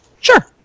Sure